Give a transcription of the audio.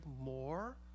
more